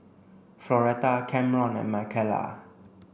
Floretta Camron and Michaela